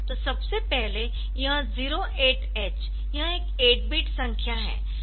तो सबसे पहले यह 08H यह एक 8 बिट संख्या है